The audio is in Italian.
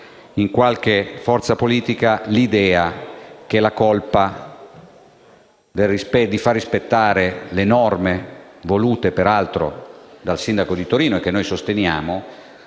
in qualche forza politica, l'idea che la colpa di far rispettare le norme, volute peraltro dal sindaco di Torino e che noi sosteniamo